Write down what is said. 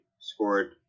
scored